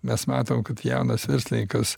mes matom kad jaunas verslininkas